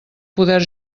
poder